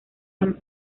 han